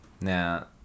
Now